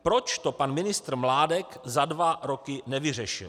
Proč to pan ministr Mládek za dva roky nevyřešil.